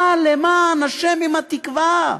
מה, למען השם, עם התקווה?